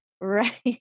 Right